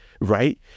right